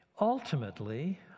Ultimately